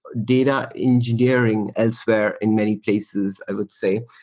data engineering elsewhere in many places i would say,